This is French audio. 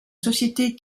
société